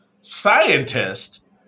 scientist